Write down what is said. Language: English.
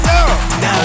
Now